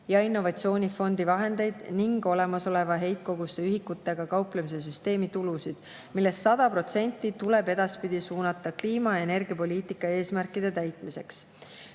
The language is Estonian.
ja innovatsioonifondi vahendeid ning olemasoleva heitkoguse ühikutega kauplemise süsteemi tulusid, millest 100% tuleb edaspidi suunata kliima- ja energiapoliitika eesmärkide täitmiseks.